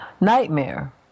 nightmare